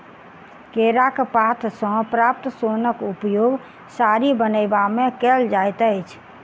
केराक पात सॅ प्राप्त सोनक उपयोग साड़ी बनयबा मे कयल जाइत अछि